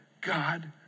God